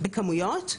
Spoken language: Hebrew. בכמויות?